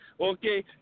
okay